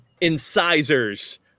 incisors